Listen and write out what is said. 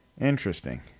Interesting